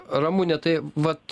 ramune tai vat